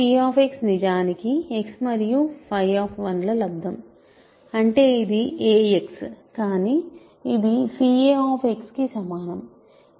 నిజానికి x మరియు ల లబ్దం అంటే ఇది ax కానీ ఇది a కి సమానం